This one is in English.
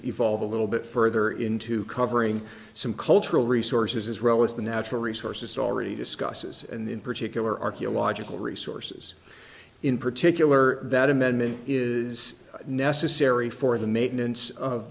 evolve a little bit further into covering some cultural resources as well as the natural resources already discusses and in particular archaeological resources in particular that amendment is necessary for the maintenance of